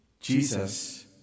Jesus